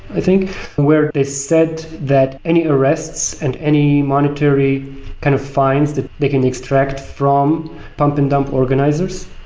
i think where they said that any arrests and any monetary kind of fines that they can extract from pump and dump organizers,